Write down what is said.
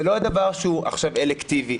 זה לא דבר שהוא עכשיו אלקטיבי.